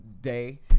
day